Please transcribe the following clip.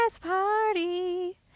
party